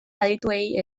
adituei